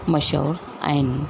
मशहूरु आहिनि